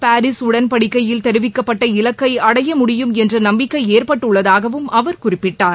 Paris உடன்படிக்கையில் தெரிவிக்கப்பட்ட இலக்கை அடைய முடியும் என்ற நம்பிக்கை ஏற்பட்டுள்ளதாகவும் அவர் குறிப்பிட்டார்